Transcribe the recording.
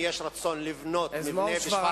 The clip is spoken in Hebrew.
אני כמעט בטוח שאם יש רצון לבנות מבנה בשפרעם,